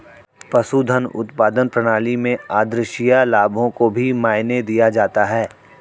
पशुधन उत्पादन प्रणाली में आद्रशिया लाभों को भी मायने दिया जाता है